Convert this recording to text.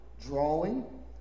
drawing